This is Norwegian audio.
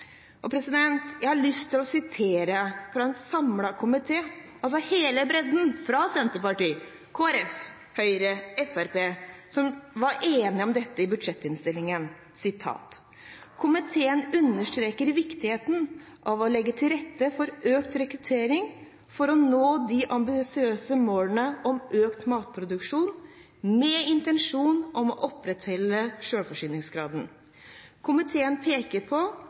Jeg har lyst til å sitere fra en samlet komité, altså hele bredden – fra Senterpartiet, Kristelig Folkeparti, Høyre, Fremskrittspartiet – som var enig om dette i budsjettinnstillingen: «Komiteen understreker viktigheten av å legge til rette for økt rekruttering for å nå de ambisiøse målene om økt matproduksjon med intensjon om å opprettholde selvforsyningsgraden. Komiteen peker på